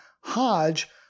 Hodge